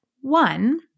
one